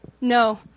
No